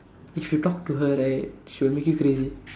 you should talk to her right she'll make you crazy